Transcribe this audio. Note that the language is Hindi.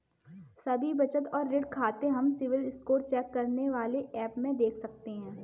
सभी बचत और ऋण खाते हम सिबिल स्कोर चेक करने वाले एप में देख सकते है